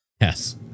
Yes